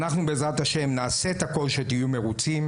אנחנו, בעזרת השם, נעשה את הכול כדי שתהיו מרוצים.